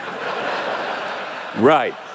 Right